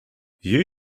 you